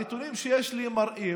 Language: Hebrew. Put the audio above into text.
הנתונים שיש לי מראים,